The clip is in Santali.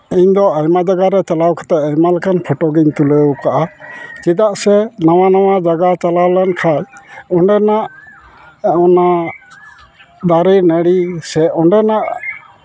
ᱤᱧᱫᱚ ᱟᱭᱢᱟ ᱡᱟᱭᱜᱟ ᱨᱮ ᱪᱟᱞᱟᱣ ᱠᱟᱛᱮᱫ ᱟᱭᱢᱟ ᱞᱮᱠᱟᱱ ᱯᱷᱚᱴᱳᱜᱤᱧ ᱛᱩᱞᱟᱹᱣ ᱟᱠᱟᱜᱼᱟ ᱪᱮᱫᱟᱜ ᱥᱮ ᱱᱟᱱᱣᱟ ᱱᱟᱣᱟ ᱡᱟᱭᱜᱟ ᱪᱟᱞᱟᱣ ᱞᱮᱱᱠᱷᱟᱡ ᱚᱸᱰᱮᱱᱟᱜ ᱚᱱᱟ ᱫᱟᱨᱮ ᱱᱟᱹᱲᱤ ᱥᱮ ᱚᱸᱰᱮᱱᱟᱜ